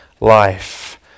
life